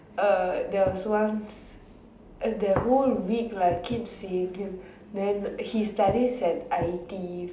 uh there's once then the whole week right I keep seeing him then he studies at I_T_E